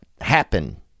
happen